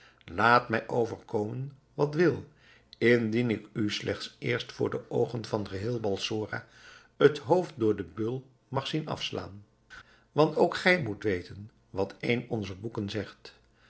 laat mij overkomen wat wil indien ik u slechts eerst voor de oogen van geheel balsora het hoofd door den beul mag zien afslaan want ook gij moet weten wat een onzer boeken zegt